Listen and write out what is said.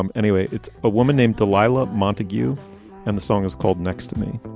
um anyway, it's a woman named delilah montague and the song is called next to me